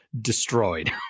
destroyed